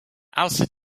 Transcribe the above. außer